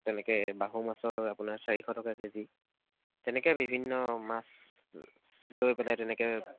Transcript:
তেনেকৈ বাহু মাছৰ আপোনাৰ চাৰিশ টকা কেজি তেনেকৈ বিভিন্ন মাছ লৈ পেলাই তেনেকৈ